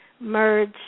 merge